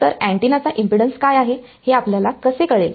तर अँटिनाचा इम्पेडन्स काय आहे हे आपल्याला कसे कळेल